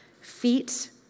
feet